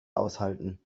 aushalten